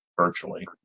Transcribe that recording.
virtually